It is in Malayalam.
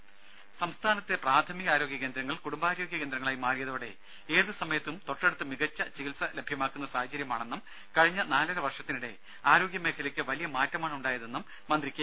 രുഭ സംസ്ഥാനത്തെ പ്രാഥമിക ആരോഗ്യകേന്ദ്രങ്ങൾ കുടുംബാരോഗ്യ കേന്ദ്രങ്ങളായി മാറിയതോടെ ഏത് സമയത്തും തൊട്ടടുത്ത് മികച്ച ചികിൽസ ലഭ്യമാകുന്ന സാഹചര്യമാണെന്നും കഴിഞ്ഞ നാലര വർഷത്തിനിടെ ആരോഗ്യമേഖലയ്ക്ക് വലിയ മാറ്റമാണ് ഉണ്ടായതെന്നും മന്ത്രി കെ